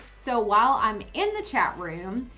so while i'm in the chat room,